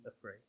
afraid